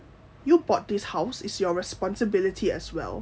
you bought this house it's your responsibility as well